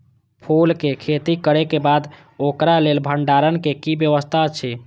फूल के खेती करे के बाद ओकरा लेल भण्डार क कि व्यवस्था अछि?